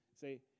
Say